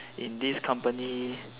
in this company